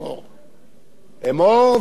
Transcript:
ואנחנו מפריזים,